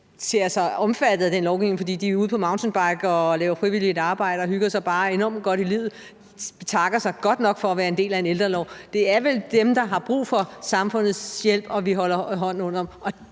ser sig omfattet af den lovgivning, fordi de er ude på mountainbike, ude at lave frivilligt arbejde og bare hygger sig enormt godt i livet, og som gerne vil betakke sig for at være en del af en ældrelov? Det er vel dem, der har brug for samfundets hjælp, som vi holder hånden